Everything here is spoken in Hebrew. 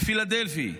בפילדלפי,